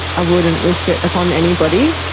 i wouldn't wish it upon anybody.